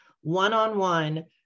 one-on-one